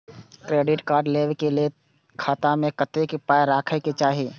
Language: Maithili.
क्रेडिट कार्ड लेबै के लेल खाता मे कतेक पाय राखै के चाही?